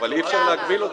אבל אי אפשר להגביל אותה,